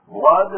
blood